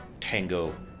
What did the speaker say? tango